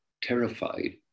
terrified